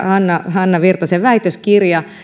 hanna virtasen väitöskirja